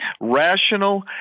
rational